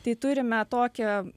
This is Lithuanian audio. tai turime tokią